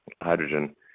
hydrogen